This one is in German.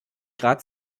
grad